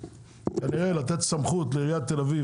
כנראה לתת סמכות לעיריית תל אביב,